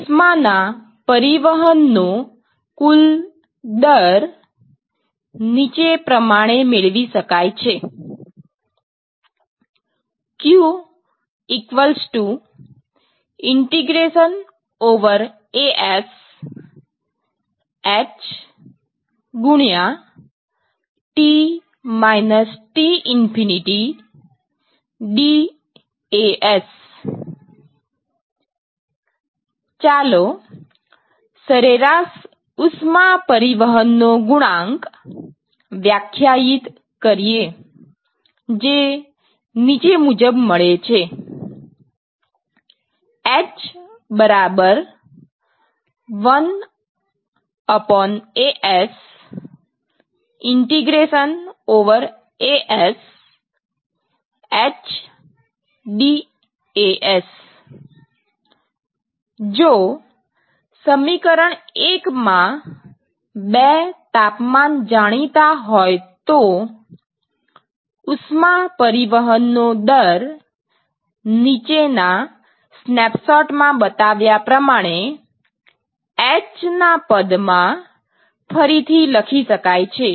ઉષ્માના પરિવહન નો કુલ દર નીચે પ્રમાણે મેળવી શકાય છે q ∫ hT − T∞ dAs 1 As ચાલો સરેરાશ ઉષ્મા પરિવહનનો ગુણાંક વ્યાખ્યાયિત કરીએ જે નીચે મુજબ મળે છે h 1As∫ h dAs 2 As જો સમીકરણ મા બે તાપમાન જાણીતા હોય તો ઉષ્મા પરિવહનનો દર નીચેના સ્નેપશોટમાં બતાવ્યા પ્રમાણે h ના પદમાં ફરીથી લખી શકાય છે